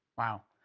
wow,